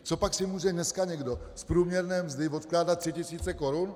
Copak si může dneska někdo z průměrné mzdy odkládat tři tisíce korun?